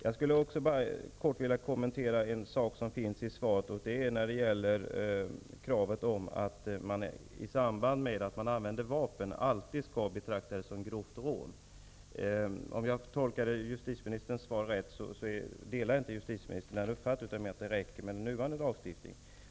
Jag skulle kortfattat vilja kommentera också en annan sak i svaret, nämligen kravet på att det alltid skall betraktas som grovt rån om vapen används i sammanhanget. Om jag förstod justitieministerns svar rätt delar inte justitieministern den uppfattningen utan menar att det räcker med nuvarande lagstiftning.